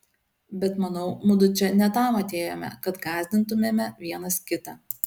bet manau mudu čia ne tam atėjome kad gąsdintumėme vienas kitą